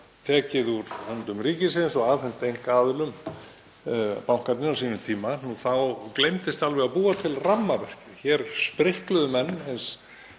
teknir úr höndum ríkisins og afhentir einkaaðilum á sínum tíma þá gleymdist alveg að búa til rammaverkið. Hér sprikluðu menn, eins